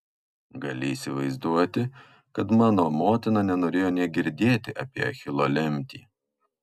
gali įsivaizduoti kad mano motina nenorėjo nė girdėti apie achilo lemtį